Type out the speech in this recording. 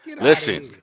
listen